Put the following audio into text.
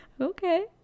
okay